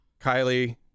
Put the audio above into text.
Kylie